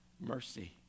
Mercy